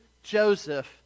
Joseph